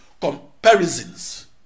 comparisons